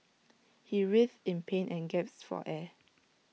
he writhed in pain and gasped for air